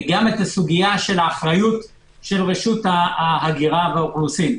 וגם הסוגיה של האחריות של רשות ההגירה והאוכלוסין.